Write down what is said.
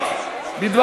נגד ההסתייגויות?